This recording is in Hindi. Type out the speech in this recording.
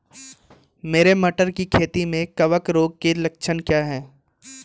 मेरी मटर की खेती में कवक रोग के लक्षण क्या हैं?